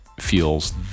feels